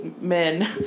men